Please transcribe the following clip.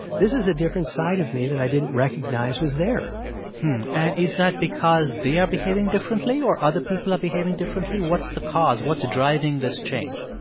this is a different side of me that i didn't recognize was there and is that because they are behaving differently, or other people are behaving differently? what's the cause? what's driving this change?